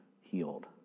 healed